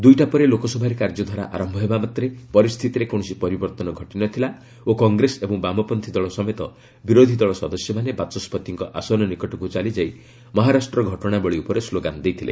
ଦୁଇଟା ପରେ ଲୋକସଭାରେ କାର୍ଯ୍ୟଧାରା ଆରମ୍ଭ ହେବା ମାତ୍ରେ ପରିସ୍ଥିତିରେ କୌଣସି ପରିବର୍ତ୍ତନ ଘଟିନଥିଲା ଓ କଂଗ୍ରେସ ଏବଂ ବାମପନ୍ତ୍ରୀ ଦଳ ସମେତ ବିରୋଧୀ ଦଳ ସଦସ୍ୟମାନେ ବାଚସ୍ୱତିଙ୍କ ଆସନ ନିକଟକୁ ଚାଲିଯାଇ ମହାରାଷ୍ଟ୍ର ଘଟଣାବଳୀ ଉପରେ ସ୍ଲୋଗାନ୍ ଦେଇଥିଲେ